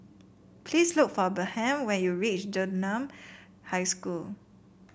please look for Bernhard when you reach Dunman High School